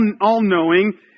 all-knowing